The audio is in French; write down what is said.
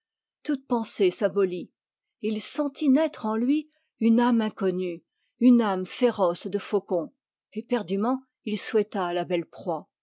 toute pensée s'abolit et il sentit naître en lui une âme inconnue une âme féroce de faucon éperdument il souhaita la belle proie